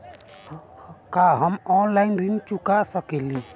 का हम ऑनलाइन ऋण चुका सके ली?